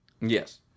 Yes